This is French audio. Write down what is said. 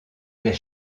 des